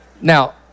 Now